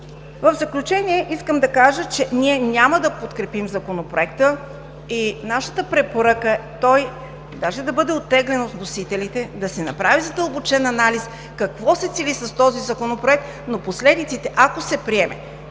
В заключение искам да кажа, че ние няма да подкрепим Законопроекта и нашата препоръка е той, даже да бъде оттеглен от вносителите, да се направи задълбочен анализ какво се цели с този Законопроект, но последиците, ако се приеме